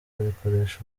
bikoresha